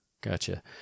Gotcha